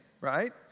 right